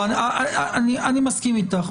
אני מסכים אתך,